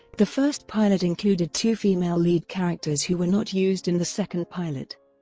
the first pilot included two female lead characters who were not used in the second pilot.